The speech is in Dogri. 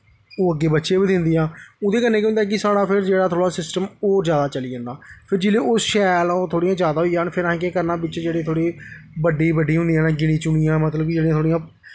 ओह् अग्गें बच्चे बी दिंदियां ओह्दे कन्नै केह् होंदा कि साढ़े होर फिर जेह्ड़ा थोह्ड़ा सिस्टम होर जादा चली जंदा फिर जेल्लै ओह् शैल ओह् थोह्ड़ियां जादा होई जान फिर असें केह् करना बिच्च जेह्ड़ी बड़ी बड्डी बड्डी होंदियां न गिनी चुनी दियां मतलब कि जेह्ड़ियां थोह्ड़ियां